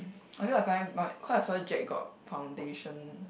actually I find my cause I saw Jack got foundation